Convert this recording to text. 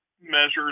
measures